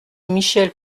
michel